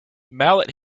mallet